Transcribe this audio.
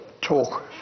talk